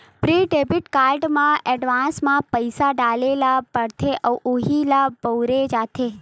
prepaid debit card म advance म पइसा डारे ल परथे अउ उहीं ल बउरे जाथे